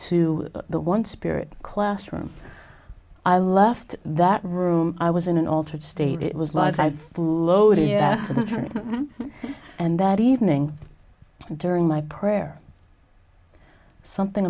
to the one spirit classroom i left that room i was in an altered state it was lots i loaded yeah and that evening during my prayer something